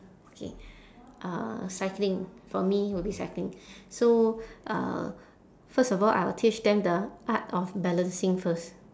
okay uh cycling for me will be cycling so uh first of all I will teach them the art of balancing first